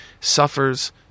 suffers